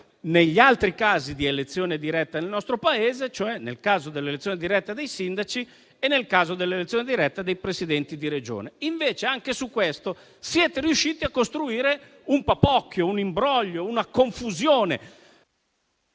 negli altri casi di elezione diretta nel nostro Paese, cioè nel caso dell'elezione diretta dei sindaci e dei presidenti di Regione. Anche su questo siete riusciti invece a costruire un papocchio, un imbroglio, una confusione.